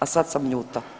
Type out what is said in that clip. A sad sam ljuta.